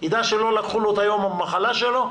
ידע שלא לקחו לו את יום המחלה שלו,